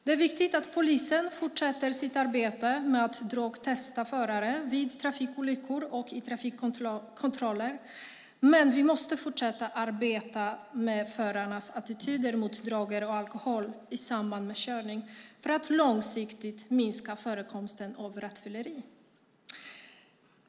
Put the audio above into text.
Det är viktigt att polisen fortsätter sitt arbete med att drogtesta förare vid trafikolyckor och i trafikkontroller, men vi måste fortsätta arbeta med förarnas attityder till droger och alkohol i samband med körning för att långsiktigt minska förekomsten av rattfylleri.